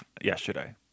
yesterday